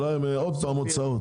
עוד פעם הוצאות.